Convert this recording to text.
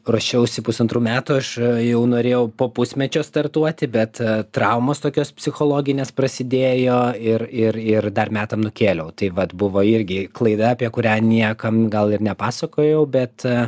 ruošiausi pusantrų metų aš jau norėjau po pusmečio startuoti bet traumos tokios psichologinės prasidėjo ir ir ir dar metam nukėliau tai vat buvo irgi klaida apie kurią niekam gal ir nepasakojau bet